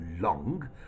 long